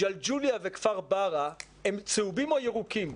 ג'לג'וליה וכפר ברא הם צהובים או ירוקים.